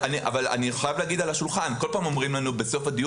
אני חייב לומר על השולחן שכל פעם בסוף הדיון